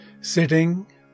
Sitting